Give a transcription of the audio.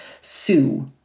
sue